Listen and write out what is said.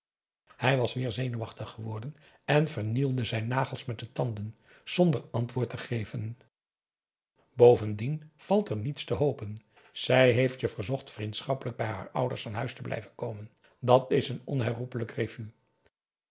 hij was weer zenuwachtig geworden en vernielde zijn nagels met de tanden zonder antwoord te geven bovendien valt er niets te hopen zij heeft je verzocht vriendschappelijk bij haar ouders aan huis te blijven komen dat is een onherroepelijk